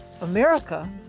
America